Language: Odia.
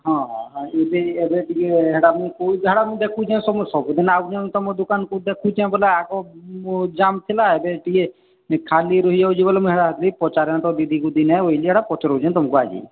ହଁ ହଁ ଏବେ ଏବେ ଟିକେ ସେଇଟା କୋଉ ଜାଗା ମୁଁ ଦେଖୁଛି ସବୁଁ ସବୁଁ ଦିନ ଆସୁଛି ମୁଁ ତୁମ ଦୋକାନକୁ ଦେଖୁଛି ବୋଲେ ଆଗ ଜାମ୍ ଥିଲା ଏବେ ଟିକେ ଖାଲି ରହିଯାଉଛି ବୋଲେ ମୁଁ ସେଟା ଆଜି ପଚାରନ୍ତ ଦିଦିକି ଦିନେ ବୋଲି ସେଇଟା ପଚାରୁଛି ତୁମକୁ ଆଜି